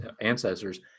ancestors